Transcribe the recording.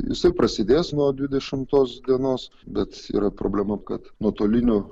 jisai prasidės nuo dvidešimtos dienos bet yra problema kad nuotoliniu